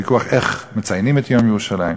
ויכוח איך מציינים את יום ירושלים.